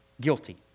guilty